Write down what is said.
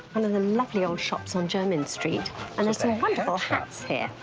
one of the lovely old shops on jermyn street. and they sell wonderful hats here.